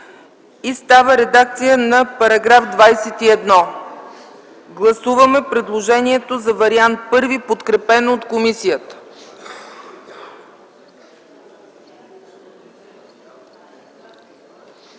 и става редакция на § 21. Гласуваме предложението за Вариант I, подкрепено от комисията.